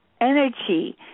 energy